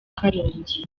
karongi